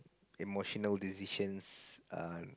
emotional decisions uh